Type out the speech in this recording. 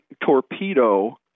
torpedo